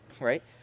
right